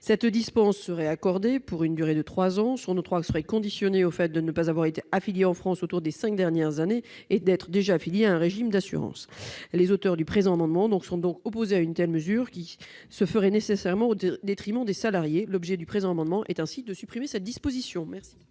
Cette dispense serait accordée pour une durée de trois ans, et son octroi serait conditionné au fait de ne pas avoir été affilié en France au cours des cinq dernières années et d'être déjà affilié à un régime d'assurance. Les auteurs du présent amendement sont opposés à une telle mesure qui se ferait nécessairement au détriment des salariés. Ils souhaitent donc la suppression de cette disposition.